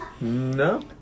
No